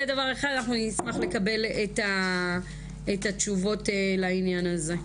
נשמח לקבל תשובות לעניין הזה.